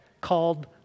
called